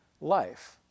life